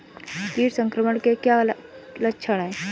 कीट संक्रमण के क्या क्या लक्षण हैं?